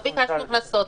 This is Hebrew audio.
לא ביקשנו קנסות.